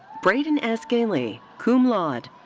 braden s. galey, cum laude.